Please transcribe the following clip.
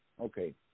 Okay